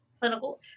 clinical